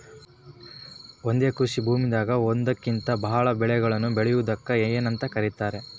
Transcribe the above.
ಒಂದೇ ಕೃಷಿ ಭೂಮಿದಾಗ ಒಂದಕ್ಕಿಂತ ಭಾಳ ಬೆಳೆಗಳನ್ನ ಬೆಳೆಯುವುದಕ್ಕ ಏನಂತ ಕರಿತಾರೇ?